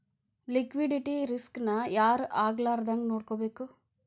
Liquidity risk ನ ಯಾರ್ ಆಗ್ಲಾರ್ದಂಗ್ ನೊಡ್ಕೊಬೇಕು?